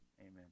Amen